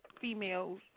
females